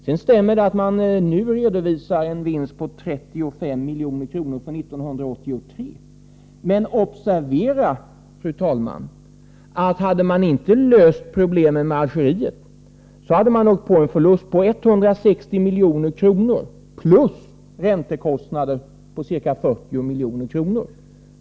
Sedan stämmer det att BPA nu redovisar en vinst på 35 milj.kr. för 1983. Men observera, fru talman, att hade man inte löst problemen med Algeriet, hade BPA åkt på en förlust på 160 milj.kr. plus räntekostnader på ca 40 milj.kr.